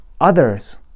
others